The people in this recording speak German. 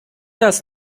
das